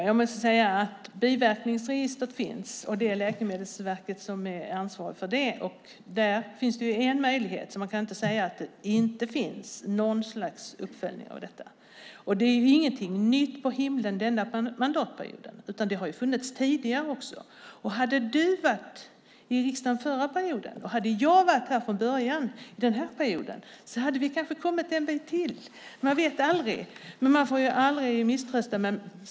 Fru talman! Biverkningsregistret finns. Det är Läkemedelsverket som är ansvarigt för det. Där finns en möjlighet, så man kan inte säga att det inte finns något slags uppföljning av detta. Det här är inget nytt på himmelen denna mandatperiod, utan det har funnits också tidigare. Om du hade suttit i riksdagen under förra mandatperioden och om jag hade varit med från början av denna mandatperiod hade vi kanske kommit en bit till; man vet aldrig. Man får aldrig misströsta.